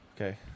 Okay